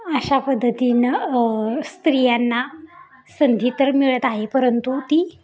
अशा पद्धतीनं स्त्रियांना संधी तर मिळत आहे परंतु ती